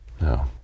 No